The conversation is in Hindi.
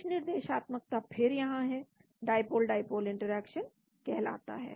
कुछ निर्देशात्मकता फिर यहां है डाईपोल डाईपोल इंटरेक्शन कहलाता है